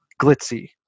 glitzy